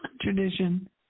tradition